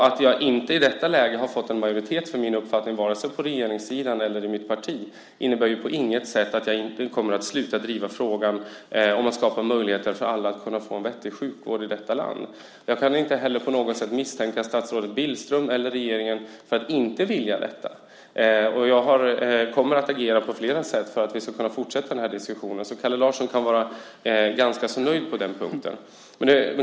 Att jag i detta läge inte har fått en majoritet för min uppfattning vare sig från regeringssidan eller från mitt parti innebär på inget sätt att jag kommer att sluta driva frågan om att skapa möjligheter för alla att få en vettig sjukvård i detta land. Jag kan inte heller på något sätt misstänka statsrådet Billström eller regeringen för att inte vilja detta. Jag kommer att agera på flera sätt för att vi ska kunna fortsätta den här diskussionen. Kalle Larsson kan vara ganska nöjd på den punkten.